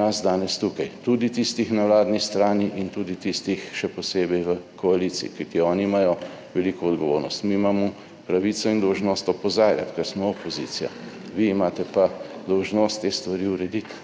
nas danes tukaj, tudi tistih na vladni strani in tudi tistih, še posebej v koaliciji, kajti oni imajo veliko odgovornost. Mi imamo pravico in dolžnost opozarjati, ker smo opozicija, vi imate pa dolžnost te stvari urediti.